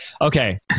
Okay